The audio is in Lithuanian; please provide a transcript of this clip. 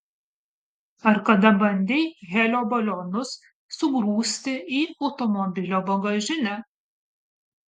ar kada bandei helio balionus sugrūsti į automobilio bagažinę